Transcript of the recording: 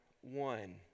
one